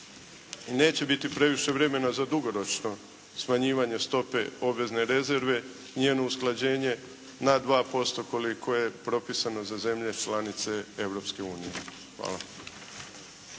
neće biti previše vremena za dugoročno smanjivanje stope obvezne rezerve, njeno usklađenje na 2% koliko je propisano za zemlje članice Europske